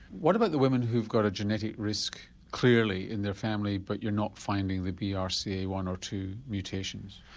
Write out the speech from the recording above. what about the women who've got a genetic risk clearly in their family but you're not finding the b r c a one or two mutations?